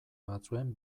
batzuen